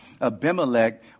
Abimelech